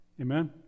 Amen